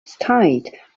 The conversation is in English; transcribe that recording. state